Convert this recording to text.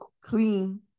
clean